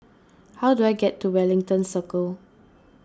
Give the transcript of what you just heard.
how do I get to Wellington Circle